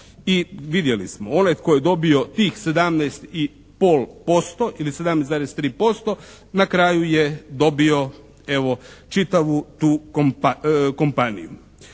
i vidjeli smo onaj tko je dobio tih 17 i pol posto ili 17,3% na kraju je dobio evo čitavu to kompaniju.